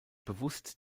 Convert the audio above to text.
bewusst